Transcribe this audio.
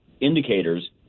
indicators